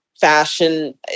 fashion